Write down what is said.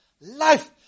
life